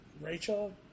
rachel